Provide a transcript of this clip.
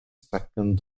second